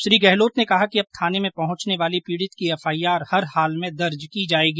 श्री गहलोत ने कहा कि अब थाने में पहुंचने वाले पीडित की एफआईआर हर हाल में दर्ज की जायेगी